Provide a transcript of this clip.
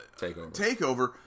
takeover